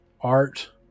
art